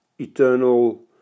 eternal